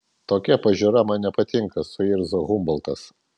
tokia pažiūra man nepatinka suirzo humboltas